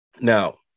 now